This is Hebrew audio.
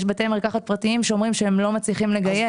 יש בתי מרקחת פרטיים שאומרים שהם לא מצליחים לגייס.